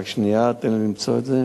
רק שנייה, תן לי למצוא את זה.